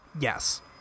Yes